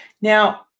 Now